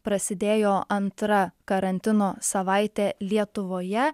prasidėjo antra karantino savaitė lietuvoje